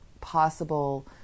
possible